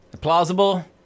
plausible